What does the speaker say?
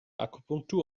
akupunktur